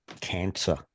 cancer